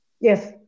yes